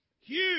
Huge